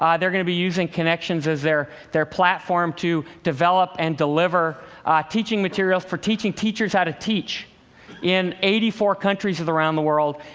um they're going to be using connexions as their platform to develop and deliver teaching materials for teaching teachers how to teach in eighty four countries around the world.